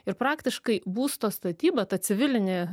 ir praktiškai būsto statyba ta civilinė